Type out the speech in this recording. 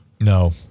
no